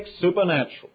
supernatural